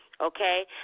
okay